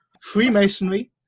freemasonry